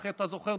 אתה זוכר,